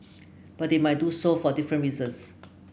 but they might do so for different reasons